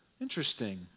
Interesting